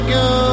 go